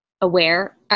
aware